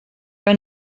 que